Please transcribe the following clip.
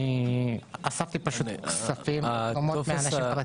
אספנו כספים מאנשים פרטיים.